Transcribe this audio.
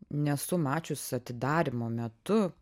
nesu mačius atidarymo metu